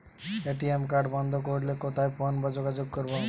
ATM card বন্ধ করতে কোথায় ফোন বা যোগাযোগ করব?